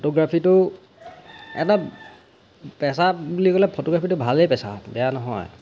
ফটোগ্ৰাফীটো এটা পেছা বুলি ক'লে ফটোগ্ৰাফীটো ভালে পেছা বেয়া নহয়